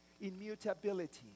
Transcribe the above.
Immutability